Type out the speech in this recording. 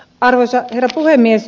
arvoisa herra puhemies